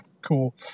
cool